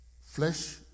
flesh